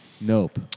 Nope